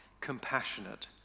compassionate